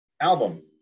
album